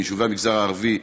מיישובי המגזר הערבי,